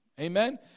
Amen